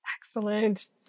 excellent